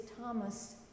Thomas